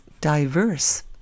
diverse